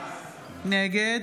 נגד